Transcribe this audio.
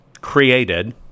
created